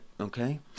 okay